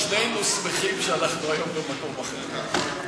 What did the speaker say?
בוא נאמר ששנינו שמחים שאנחנו היום במקום אחר.